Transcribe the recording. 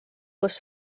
kus